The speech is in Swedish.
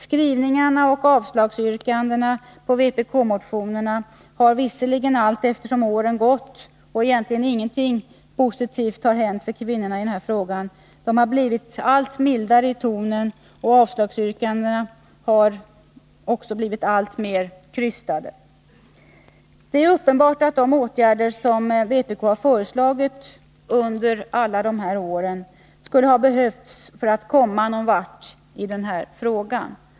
Skrivningarna och avslagsyrkandena avseende vpk-motionerna har visserligen allteftersom åren gått och egentligen ingenting positivt har hänt för kvinnorna i denna fråga blivit mildare i tonen, och avslagsyrkandena har också blivit alltmer krystade. Det är uppenbart att de åtgärder som vpk föreslagit under alla dessa år skulle ha behövts för att man skulle komma någon vart i denna fråga.